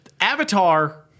Avatar